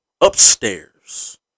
upstairs